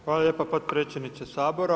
Hvala lijepa podpredsjedniče Sabora.